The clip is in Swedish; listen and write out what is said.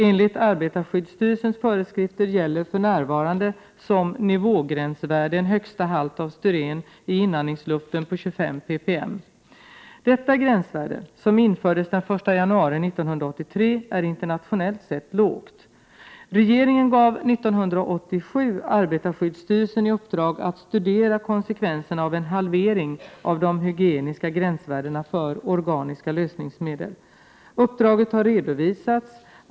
Enligt arbetarskyddsstyrelsens föreskrifter gäller för närvarande som nivågränsvärde en högsta halt av styren i inandningsluften på 25 ppm . Detta gränsvärde, som infördes den 1 januari 1983, är internationellt sett lågt. Regeringen gav 1987 arbetarskyddsstyrelsen i uppdrag att studera konsekvenserna av en halvering av de hygieniska gränsvärdena för organiska lösningsmedel. Uppdraget har redovisats.